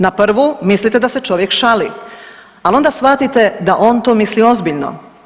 Na prvu mislite da se čovjek šali, ali onda shvatite da on to misli ozbiljno.